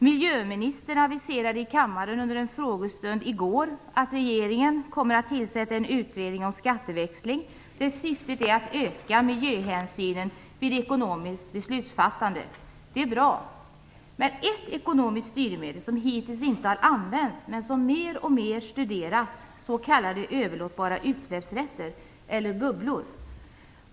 Miljöministern aviserade i kammaren under en frågestund i går att regeringen kommer att tillsätta en utredning om skatteväxling. Syftet är att öka miljöhänsynen vid ekonomiskt beslutsfattande; det är bra. Men ett ekonomiskt styrmedel som hittills inte har använts, men som mer och mer studeras, är s.k. överlåtbara utsläppsrätter eller "bubblor".